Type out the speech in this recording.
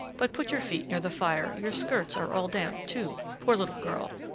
but put your feet near the fire your skirts are all damp, too, poor little girl!